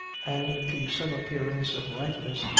and to some appearance of ripeness,